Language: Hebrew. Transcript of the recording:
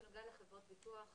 בנוגע לחברות ביטוח,